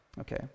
okay